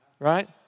Right